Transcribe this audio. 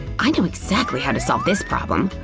i know exactly how to solve this problem.